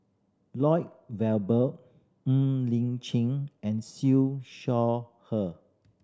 Lloyd Valberg Ng Li Chin and Siew Shaw Her